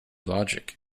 logic